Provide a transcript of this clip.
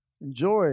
Enjoy